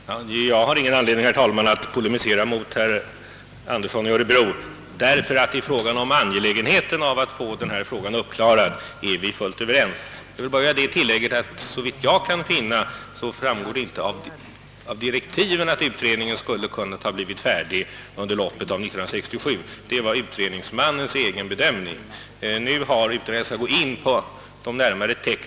Herr talman! Jag har ingen anledning att polemisera mot herr Andersson i Örebro — i fråga om angelägenheten av att få denna fråga uppklarad är vi fullt överens. Såvitt jag kan finna framgår det inte av direktiven att utredningen skulle kunnat bli färdig under loppet av 1967 — det var utredningsmannens egen bedömning som herr Andersson citerar.